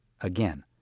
Again